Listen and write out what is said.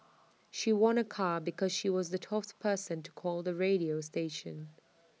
she won A car because she was the twelfth person to call the radio station